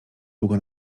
długo